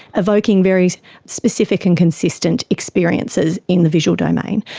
evoking very specific and consistent experiences in the visual domain.